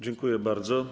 Dziękuję bardzo.